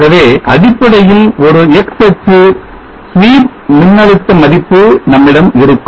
ஆகவே அடிப்படையில் ஒரு X அச்சு ஸ்வீப் மின்னழுத்த மதிப்பு நம்மிடம் இருக்கும்